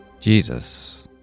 Jesus